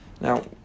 Now